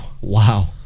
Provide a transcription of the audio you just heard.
Wow